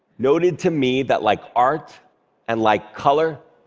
noted to me that, like art and like color,